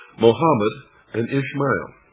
mohammed and ismail.